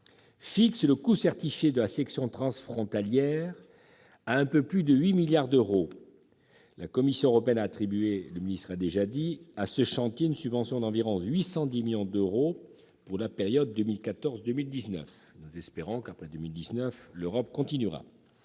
fixe le coût certifié de la section transfrontalière à un peu plus de 8 milliards d'euros. La Commission européenne a attribué à ce chantier une subvention d'environ 810 millions d'euros, pour la période 2014-2019- nous espérons que l'Europe perdurera